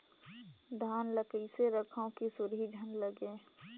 धान ल कइसे रखव कि सुरही झन लगे?